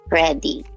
ready